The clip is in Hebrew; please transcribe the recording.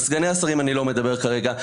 על סגני השרים אני לא מדבר כרגע,